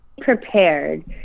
prepared